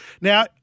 Now